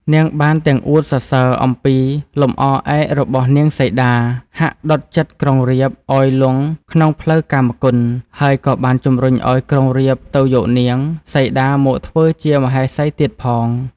នាងបានទាំងអួតសរសើរអំពីលំអឯករបស់នាងសីតា ហាក់ដុតចិត្តក្រុងរាពណ៍ឱ្យលុងក្នុងផ្លូវកាមគុណ ហើយក៏បានជំរុញឱ្យក្រុងរាពណ៍ទៅយកនាង សីតាមកធ្វើជាមហេសីទៀតផង។